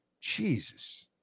Jesus